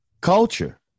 culture